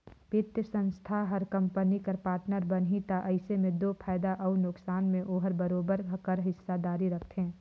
बित्तीय संस्था हर कंपनी कर पार्टनर बनही ता अइसे में दो फयदा अउ नोसकान में ओहर बरोबेर कर हिस्सादारी रखथे